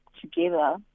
together